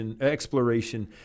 exploration